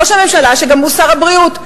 ראש ממשלה שהוא גם שר הבריאות.